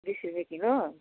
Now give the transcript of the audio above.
बिस रुपियाँ किलो